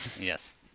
Yes